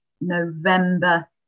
November